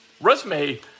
Resume